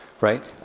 right